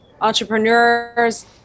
entrepreneurs